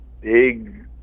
big